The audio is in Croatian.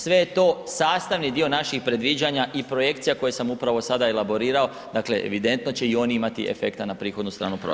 Sve je to sastavni dio naših predviđanja i projekcija koja sam upravo sada elaborirao, dakle evidentno će i oni imati efekta na prihodovnu stranu proračuna.